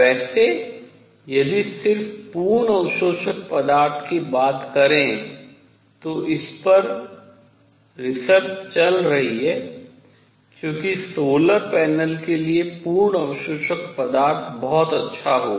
वैसे यदि सिर्फ पूर्ण अवशोषक पदार्थ की बात करें तो इस पर रिसर्च शोध चल रही है क्योंकि सोलर पैनल के लिए पूर्ण अवशोषक पदार्थ बहुत अच्छा होगा